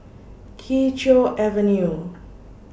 Kee Choe Avenue